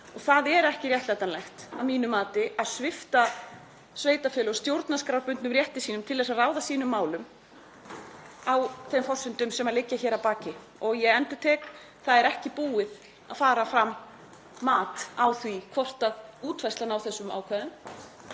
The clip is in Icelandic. Það er ekki réttlætanlegt að mínu mati að svipta sveitarfélög stjórnarskrárbundnum rétti sínum til að ráða sínum málum á þeim forsendum sem liggja hér að baki. Og ég endurtek: Það hefur ekki farið fram mat á því hvort útfærslan á þessum ákvæðum